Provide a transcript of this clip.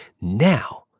Now